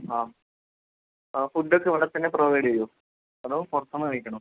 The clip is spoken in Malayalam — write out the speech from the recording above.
ആ ഫുഡൊക്കെ ഇവിടെത്തന്നെ പ്രൊവൈഡ് ചെയ്യുമോ അതോ പുറത്തുനിന്ന് കഴിക്കണോ